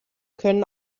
können